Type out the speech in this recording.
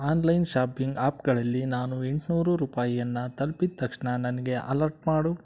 online shopping ಆಪ್ಗಳಲ್ಲಿ ನಾನು ಎಂಟುನೂರು ರೂಪಾಯನ್ನು ತಲ್ಪಿದ ತಕ್ಷಣ ನನಗೆ ಅಲರ್ಟ್ ಮಾಡು